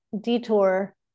detour